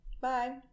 Bye